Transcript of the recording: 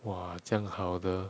!wah! 这样好的